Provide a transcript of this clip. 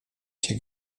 się